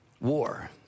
war